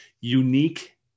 unique